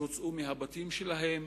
שהוצאו מהבתים שלהם,